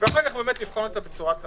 ואז לבחון אותה ברמת העשייה.